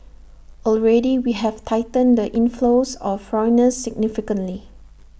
already we have tightened the inflows of foreigners significantly